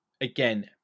again